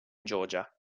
georgia